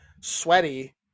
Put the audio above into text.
sweaty